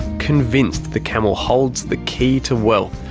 convinced the camel holds the key to wealth,